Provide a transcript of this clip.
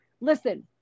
listen